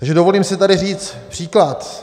Takže dovolím si tady říct příklad.